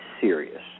serious